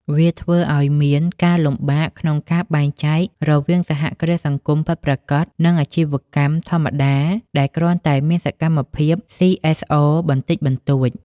វាធ្វើឱ្យមានការលំបាកក្នុងការបែងចែករវាងសហគ្រាសសង្គមពិតប្រាកដ និងអាជីវកម្មធម្មតាដែលគ្រាន់តែមានសកម្មភាព សុី អេស អរ បន្តិចបន្តួច ។